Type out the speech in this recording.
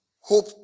Hope